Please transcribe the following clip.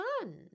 fun